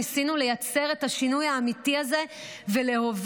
ניסינו לייצר את השינוי האמיתי הזה ולהוביל,